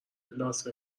لاس